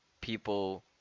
people